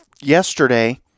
yesterday